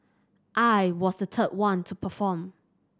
I was the third one to perform